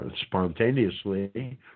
spontaneously